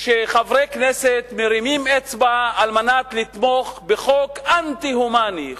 שחברי כנסת מרימים אצבע על מנת לתמוך בחוק אנטי-הומני,